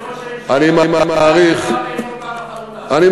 אני מעריך, אדוני